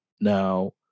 Now